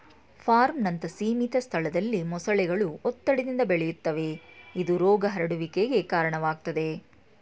ಫಾರ್ಮ್ನಂತ ಸೀಮಿತ ಸ್ಥಳದಲ್ಲಿ ಮೊಸಳೆಗಳು ಒತ್ತಡದಿಂದ ಬಳಲುತ್ತವೆ ಇದು ರೋಗ ಹರಡುವಿಕೆಗೆ ಕಾರಣವಾಗ್ತದೆ